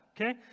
Okay